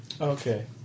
Okay